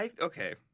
Okay